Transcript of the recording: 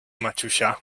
maciusia